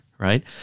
right